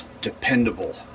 dependable